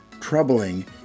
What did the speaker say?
troubling